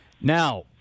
Now